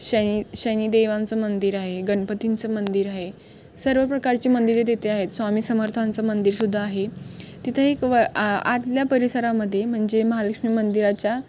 शन शनिदेवांचं मंदिर आहे गणपतीचं मंदिर आहे सर्व प्रकारचे मंदिरं तिथे आहे स्वामी समर्थांचं मंदिरसुद्धा आहे तिथे एक व आ आतल्या परिसरामध्ये म्हणजे महालक्ष्मी मंदिराच्या